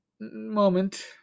moment